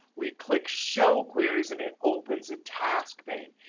we click show queries and it opens a task pane.